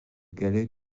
galets